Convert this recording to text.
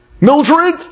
Mildred